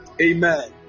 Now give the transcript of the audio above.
Amen